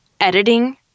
editing